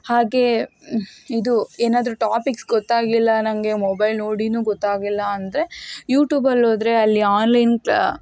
ಹಾಗೆ ಇದು ಏನಾದರೂ ಟಾಪಿಕ್ಸ್ ಗೊತ್ತಾಗಿಲ್ಲ ನನಗೆ ಮೊಬೈಲ್ ನೋಡಿಯೂ ಗೊತ್ತಾಗಿಲ್ಲ ಅಂದರೆ ಯೂ ಟ್ಯೂಬಲ್ಲೋದ್ರೆ ಅಲ್ಲಿ ಆನ್ಲೈನ್ ಕ್ಲ